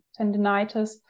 tendinitis